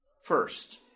First